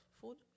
food